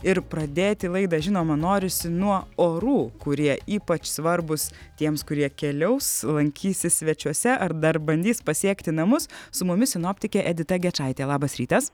ir pradėti laidą žinoma norisi nuo orų kurie ypač svarbūs tiems kurie keliaus lankysis svečiuose ar dar bandys pasiekti namus su mumis sinoptikė edita gečaitė labas rytas